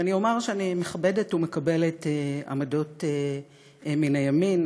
ואני אומר שאני מכבדת ומקבלת עמדות מן הימין,